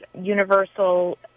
universal